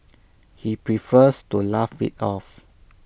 he prefers to laugh IT off